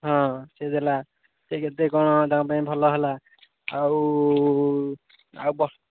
ହଁ ସିଏ ଦେଲା ସେ କେତେ କ'ଣ ତାଙ୍କ ପାଇଁ ଭଲ ହେଲା ଆଉ ଆଉ କ'ଣ